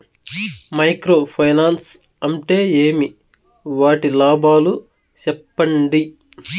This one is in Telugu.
మైక్రో ఫైనాన్స్ అంటే ఏమి? వాటి లాభాలు సెప్పండి?